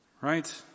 right